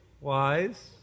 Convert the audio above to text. wise